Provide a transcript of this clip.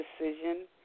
Decision